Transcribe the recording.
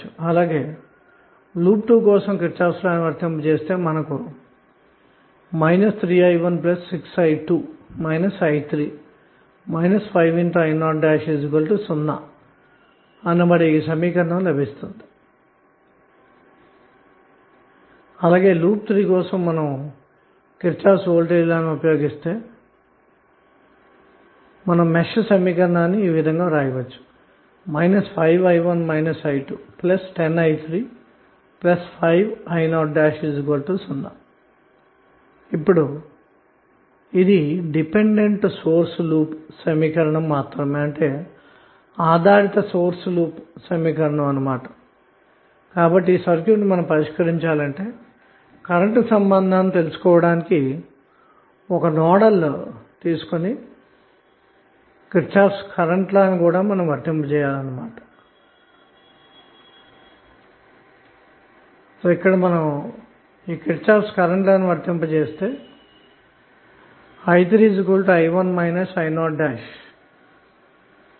అలాగే లూప్ 2 కోసం KVL ని వర్తింపజేస్తే 3i16i2 i3 5i00 సమీకరణం లభిస్తుంది లూప్ 3 కోసంమీరు KVL ఉపయోగించి మెష్ సమీకరణాన్ని వ్రాస్తే 5i1 i210i35i00 లభిస్తుంది ఇప్పుడు ఇది డిపెండెంట్ సోర్స్ లూప్ సమీకరణం మాత్రమే కాబాట్టి కేవలం మెష్ సమీకరణం తో ఈ సర్క్యూట్ను పరిష్కరించలేము గనక ఒక నోడ్ ను తీసుకొని KCL ను వర్తింపజేసి కరెంటు సంబంధాలను తెలుసుకోవాలి అన్న మాట